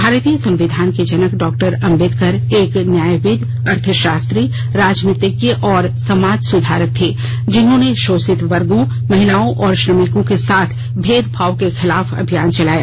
भारतीय संविधान के जनक डॉ आम्बेडकर एक न्यायविद अर्थशास्त्री राजनीतिज्ञ और समाज सुधारक थे जिन्होंने शोषित वर्गों महिलाओं और श्रमिकों के साथ भेदभाव के खिलाफ अभियान चलाया